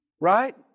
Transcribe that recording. right